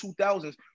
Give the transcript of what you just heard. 2000s